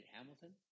Hamilton